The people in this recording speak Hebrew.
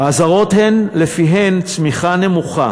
האזהרות שלפיהן צמיחה נמוכה